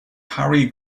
harry